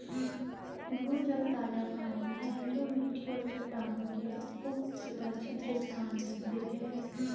भूजल ताजा पानी है जो मिट्टी और चट्टानों के उपसतह छिद्र स्थान में स्थित है